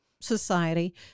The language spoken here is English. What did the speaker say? society